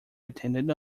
attended